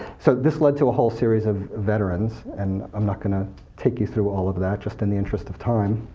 so this led to a whole series of veterans, and i'm not going to take you through all of that just in the interest of time.